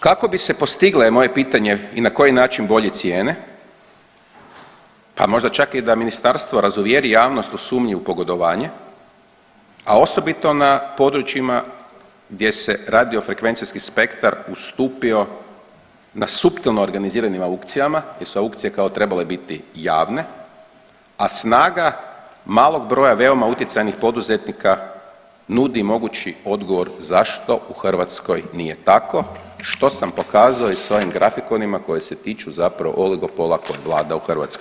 Kako bi se postigle moje je pitanje i na koji način bolje cijene pa možda čak i da ministarstvo razuvjeri javnost u sumnju i pogodovanje, a osobito na područjima gdje se radiofrekvencijski spektar ustupio na suptilno organiziranim aukcijama, gdje su aukcije kao trebale biti javne, a snaga malog broja veoma utjecajnih poduzetnika nudi mogući odgovor zašto u Hrvatskoj nije tako što sam pokazao i s ovim grafikonima koji se tiču zapravo oligopola koji vlada u Hrvatskoj.